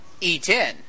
E10